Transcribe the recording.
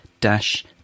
dash